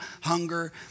hunger